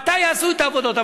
מתי יעשו את העבודות?